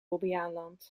bobbejaanland